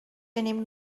gennym